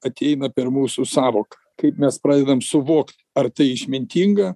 ateina per mūsų sąvoką kaip mes pradedam suvokt ar tai išmintinga